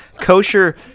Kosher